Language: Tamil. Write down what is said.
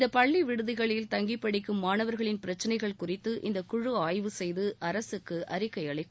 இந்த பள்ளி விடுதிகளில் தங்கி படிக்கும் மாணவர்களின் பிரச்னைகள் குறித்து இந்த குழு ஆய்வு செய்து அரசுக்கு அறிக்கை அளிக்கும்